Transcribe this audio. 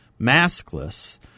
maskless